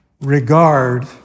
regard